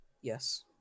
Yes